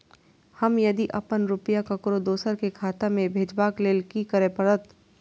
हम यदि अपन रुपया ककरो दोसर के खाता में भेजबाक लेल कि करै परत?